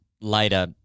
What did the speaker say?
later